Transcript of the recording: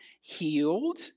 healed